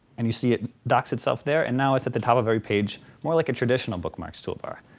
and you see it docks itself there and now it's at the top of every page more like a traditional bookmarks toolbar.